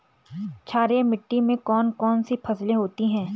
क्षारीय मिट्टी में कौन कौन सी फसलें होती हैं?